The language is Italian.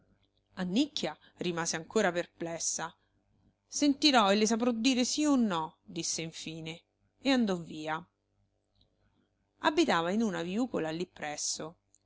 tardi annicchia rimase ancora perplessa sentirò e le saprò dire sì o no disse infine e andò via abitava in una viucola lì presso